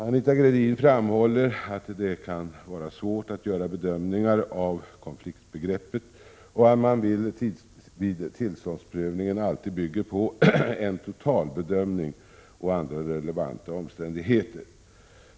Anita Gradin framhåller att det kan vara svårt att göra bedömningar av konfliktbegreppet och att man vid tillståndsprövningen alltid bygger på en totalbedömning och andra relevanta omständigheter.